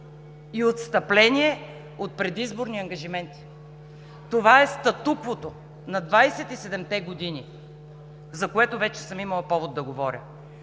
и отстъпление от предизборни ангажименти. Това е статуквото на двадесет и седемте години, за което вече съм имала повод да говоря